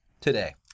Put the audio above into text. today